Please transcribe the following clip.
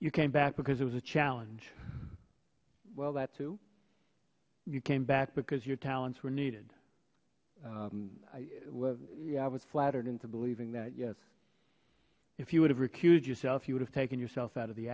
you came back because it was a challenge well that to you came back because your talents were needed i was yeah i was flattered into believing that yes if you would have recused yourself you would have taken yourself out of the